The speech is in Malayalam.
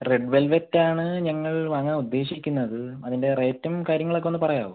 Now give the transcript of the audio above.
റെഡ് വെൽവെറ്റ് ആണ് ഞങ്ങൾ വാങ്ങാൻ ഉദ്ദേശിക്കുന്നത് അതിൻ്റെ റേറ്റും കാര്യങ്ങളൊക്കെ ഒന്ന് പറയാമോ